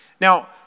Now